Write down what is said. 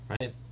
right